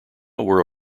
were